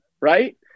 right